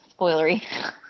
spoilery